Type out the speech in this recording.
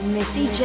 Missy